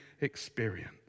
experience